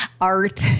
Art